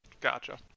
Gotcha